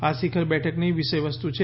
આ શીખર બેઠકની વિષય વસ્તુ છે